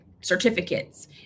certificates